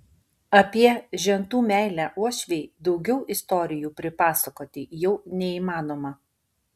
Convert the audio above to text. apie žentų meilę uošvei daugiau istorijų pripasakoti jau neįmanoma